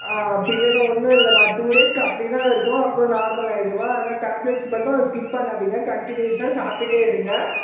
ஆ பில்லன ஒன்றும் இல்லைம்மா டூ டேஸ்க்கு அப்படி தான் இருக்கும் அப்புறோம் நார்மல் ஆயிடும்மா ஆனால் டேப்லெட்ஸ் மட்டும் ஸ்கிப் பண்ணாதிங்க கன்ட்டினியூஸாக சாப்பிட்டுட்டே இருங்க